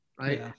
right